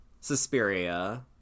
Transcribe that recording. Suspiria